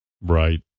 Right